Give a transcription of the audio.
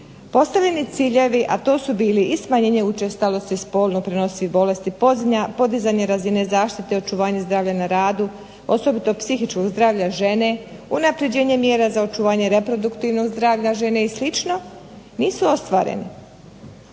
postavljeni ciljevi a to su bili i smanjenje učestalosti spolno prenosivih bolesti, podizanje razine zaštite i očuvanje zdravlja na radu, osobito psihičkog zdravlja žene, unapređenje mjera za očuvanje reproduktivnog zdravlja žene i sl. nisu ostvarene.